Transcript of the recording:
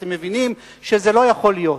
אתם מבינים שזה לא יכול להיות.